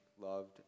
loved